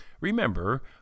Remember